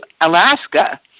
Alaska